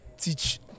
teach